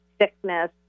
sickness